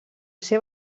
ser